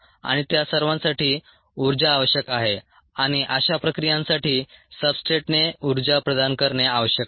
आणि त्या सर्वांसाठी ऊर्जा आवश्यक आहे आणि अशा प्रक्रियांसाठी सब्सट्रेटने ऊर्जा प्रदान करणे आवश्यक आहे